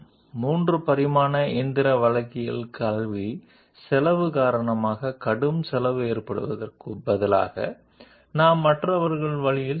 కాబట్టి సాంప్రదాయిక మ్యాచింగ్ ద్వారా 3 డైమెన్షనల్ మ్యాచింగ్ విషయంలో టూలింగ్ ఖర్చు కారణంగా భారీ ఖర్చు పెట్టే బదులు మేము ఇతర మార్గాల కోసం వెళ్తాము